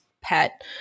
pet